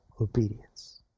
obedience